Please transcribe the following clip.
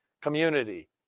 community